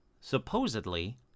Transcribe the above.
supposedly